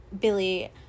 Billy